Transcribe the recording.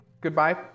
goodbye